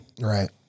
Right